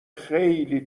خیلی